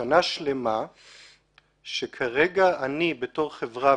שנה שלמה שכרגע אני כחברה,